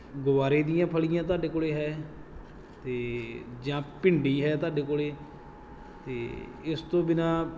ਗੁਵਾਰੇ ਦੀਆਂ ਫਲੀਆਂ ਤੁਹਾਡੇ ਕੋਲ ਹੈ ਅਤੇ ਜਾਂ ਭਿੰਡੀ ਹੈ ਤੁਹਾਡੇ ਕੋਲ ਅਤੇ ਇਸ ਤੋਂ ਬਿਨਾ